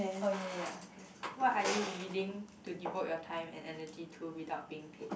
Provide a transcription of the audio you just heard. oh ya ya ya what are you willing to devote your time and energy to without being paid